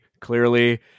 clearly